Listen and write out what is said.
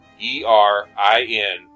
E-R-I-N